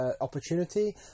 opportunity